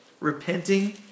repenting